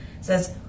says